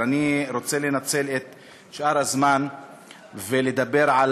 אבל אני רוצה לנצל את שאר הזמן ולדבר על